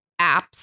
apps